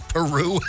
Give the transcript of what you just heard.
Peru